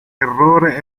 errore